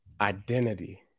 identity